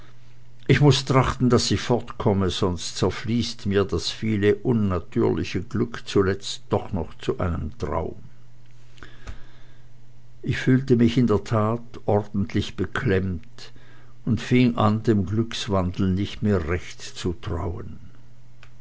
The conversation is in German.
ich muß trachten daß ich fortkomme sonst zerfließt mir das viele unnatürliche glück zuletzt doch noch zu einem traum ich fühlte mich in der tat ordentlich beklemmt und fing an dem glückswandel nicht mehr recht zu trauen